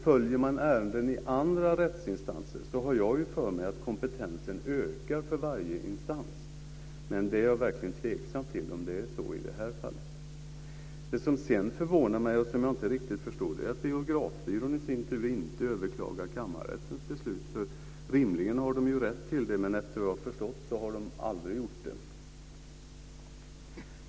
Följer man ärenden i andra rättsinstanser har jag för mig att kompetensen ökar för varje instans, men jag är verkligen tveksam till om det är så i det här fallet. Det som sedan förvånar mig och som jag inte riktigt förstår är att Biografbyrån i sin tur inte överklagar kammarrättens beslut. Rimligen har de rätt till det men, efter vad jag förstått, har aldrig gjort det.